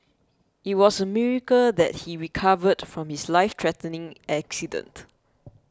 it was a miracle that he recovered from his life threatening accident